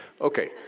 Okay